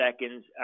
seconds